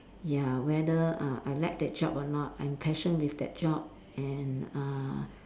ya whether uh I like that job or not I'm passion with that job and uh